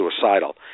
suicidal